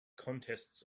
contests